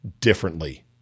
differently